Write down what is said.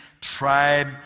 tribe